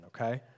okay